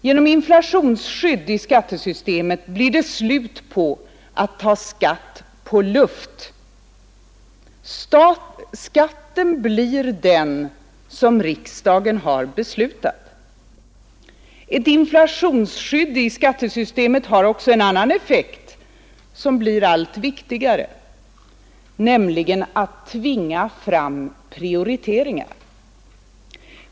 Genom inflationsskydd i skattesystemet blir det slut med att ta skatt på luft. Skatten blir den riksdagen har beslutat. Ett inflationsskydd i skattesystemet har också en annan effekt som blir allt viktigare, nämligen att det tvingar fram prioriteringar.